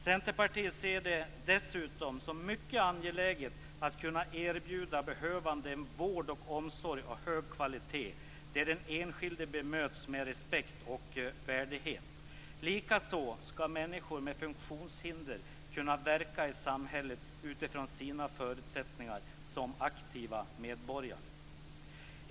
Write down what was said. Centerpartiet ser det dessutom som mycket angeläget att man kan erbjuda behövande vård och omsorg av hög kvalitet där den enskilde bemöts med respekt och värdighet. Likaså skall människor med funktionshinder kunna verka i samhället utifrån sina förutsättningar som aktiva medborgare.